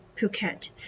Phuket